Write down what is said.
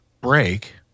break